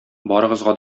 барыгызга